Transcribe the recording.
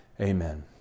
amen